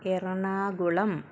Ernakulam